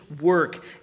work